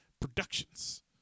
Productions